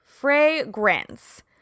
Fragrance